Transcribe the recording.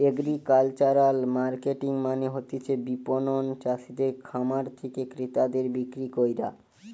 agricultural marketing মানে হতিছে বিপণন চাষিদের খামার থেকে ক্রেতাদের বিক্রি কইরা